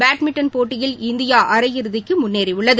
badminton போட்டியில் India அரையிறுதிக்கு முன்னேறியுள்ளது